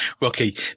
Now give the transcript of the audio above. Rocky